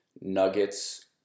Nuggets